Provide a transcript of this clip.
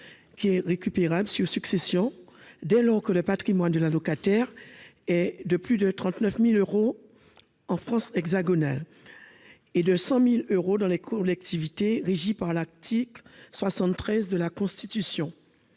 qui est récupérable sur succession dès lors que le patrimoine de l'allocataire est supérieur à 39 000 euros en France hexagonale et à 100 000 euros dans les collectivités régies par l'article 73 de la Constitution.